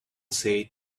say